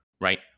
right